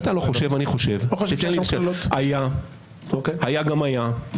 היה גם היה.